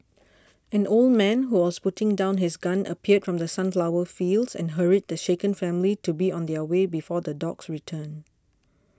an old man who was putting down his gun appeared from the sunflower fields and hurried the shaken family to be on their way before the dogs return